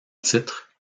titre